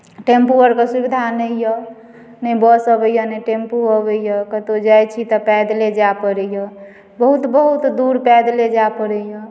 tempo आरके सुविधा नहि यऽ नहि बस अबैया नहि टेम्पू अबैया कतौ जाइ छी तऽ पैदले जाय पड़ैया बहुत बहुत दूर पैदले जाय पड़ैया